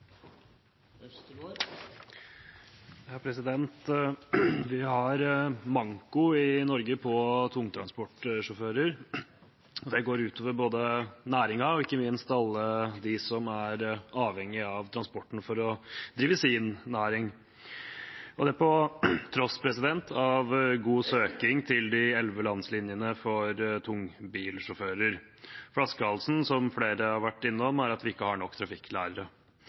Vi har manko på tungtransportsjåfører i Norge. Det går ut over både næringen og ikke minst alle dem som er avhengig av transporten for å drive sin næring. Det er på tross av god søking til de elleve landslinjene for tungbilsjåfører. Flaskehalsen er, som flere har vært innom, at vi ikke har nok trafikklærere.